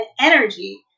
energy